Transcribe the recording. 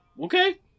Okay